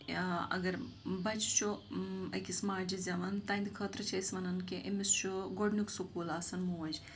یا اگر بَچہِ چھُ أکِس ماجہِ زٮ۪وان تِہِنٛدِ خٲطرٕ چھِ أسۍ وَنان کہِ أمِس چھُ گۄڈٕنیُک سکوٗل آسان موج